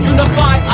Unify